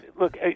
look